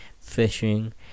fishing